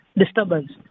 disturbance